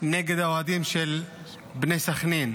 נגד האוהדים של בני סכנין.